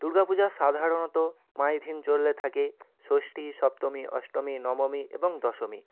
দুর্গা পূজা সাধারণত পাঁচ দিন চলে থাকে ষষ্ঠী সপ্তমী অষ্টমী নবমী এবং দশমী